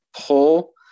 pull